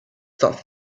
stop